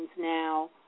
now